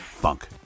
funk